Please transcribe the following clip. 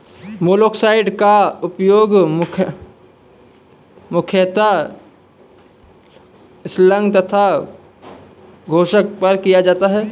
मोलॉक्साइड्स का प्रयोग मुख्यतः स्लग तथा घोंघा पर किया जाता है